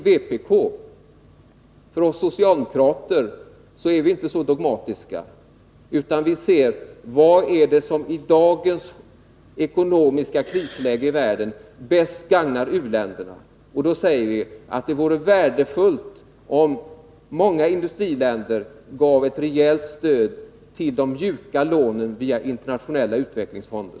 Vi socialdemokrater är inte lika dogmatiska. Vi ser till vad som i dagens ekonomiska krisläge bäst gagnar u-länderna. Då, säger vi, är det värdefullt om många industriländer ger ett rejält stöd till de mjuka lånen via Internationella utvecklingsfonden.